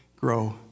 grow